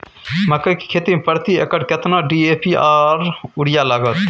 मकई की खेती में प्रति एकर केतना डी.ए.पी आर यूरिया लागत?